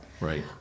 Right